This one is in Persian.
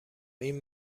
این